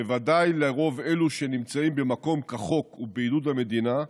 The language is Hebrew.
בוודאי לרוב אלו שנמצאים במקום בחוק ובעידוד המדינה,